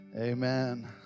amen